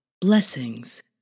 blessings